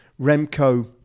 Remco